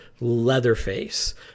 Leatherface